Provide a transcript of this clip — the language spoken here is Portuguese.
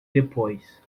depois